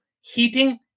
heating